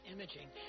Imaging